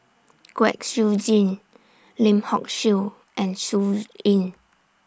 Kwek Siew Jin Lim Hock Siew and Sun Yee